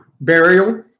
Burial